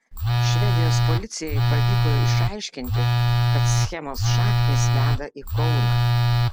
švedijos policijai pavyko išaiškinti kad schemos šaknys veda į kauną